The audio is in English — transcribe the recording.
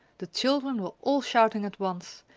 the children were all shouting at once,